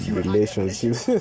relationships